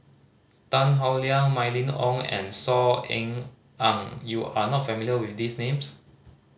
Tan Howe Liang Mylene Ong and Saw Ean Ang you are not familiar with these names